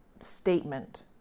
statement